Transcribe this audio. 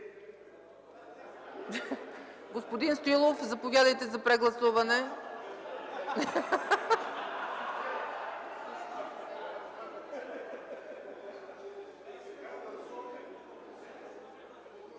Господин Янев, заповядайте – прегласуване.